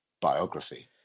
biography